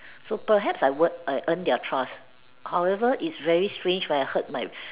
so perhaps I would I earn their trust however it's very strange when I heard my